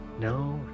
No